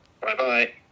Bye-bye